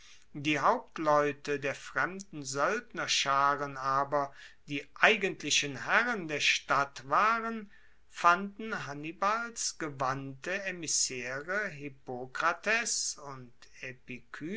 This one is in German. die hauptleute der fremden soeldnerscharen aber die eigentlichen herren der stadt waren fanden hannibals gewandte emissaere hippokrates und